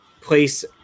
place